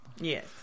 Yes